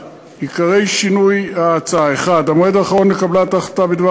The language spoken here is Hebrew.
עיקרי השינויים בהצעה: 1. המועד האחרון לקבלת ההחלטה בדבר